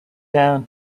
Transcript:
down